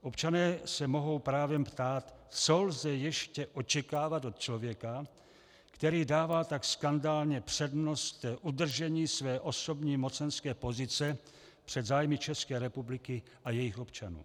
Občané se mohou právem ptát, co lze ještě očekávat od člověka, který dává tak skandálně přednost udržení své osobní mocenské pozice před zájmy České republiky a jejích občanů.